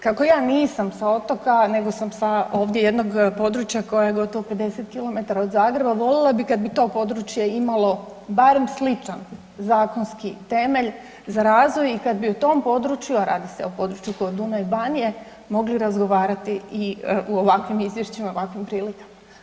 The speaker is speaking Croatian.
Kako ja nisam sa otoka nego sam sa ovdje jednog područja koje je gotovo 50 km od Zagreba volila bi kada bi to područje imalo barem sličan zakonski temelj za razvoj ikada bi o tom području, a radi se o području Korduna i Banije mogli razgovarati i u ovakvim izvješćima i u ovakvim prilikama.